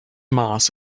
mars